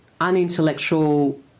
unintellectual